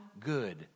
good